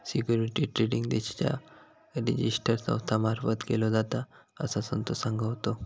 securities trading देशाच्या register संस्था मार्फत केलो जाता, असा संतोष सांगा होतो